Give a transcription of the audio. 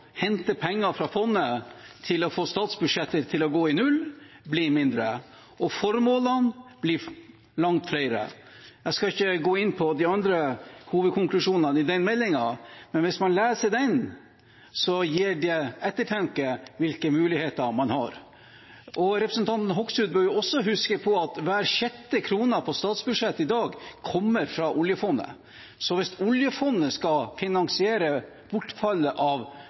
hente penger fra fondet for å få statsbudsjettet til å gå i null, blir mindre, og formålene blir langt flere. Jeg skal ikke gå inn på de andre hovedkonklusjonene i den meldingen, men hvis man leser den, er det til ettertanke hvilke muligheter man har. Representanten Hoksrud bør også huske på at hver sjette krone på statsbudsjettet i dag kommer fra oljefondet, så hvis oljefondet skal finansiere bortfallet av